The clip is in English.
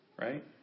right